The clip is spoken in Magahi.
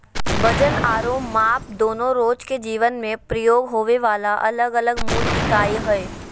वजन आरो माप दोनो रोज के जीवन मे प्रयोग होबे वला अलग अलग मूल इकाई हय